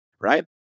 right